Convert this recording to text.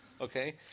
Okay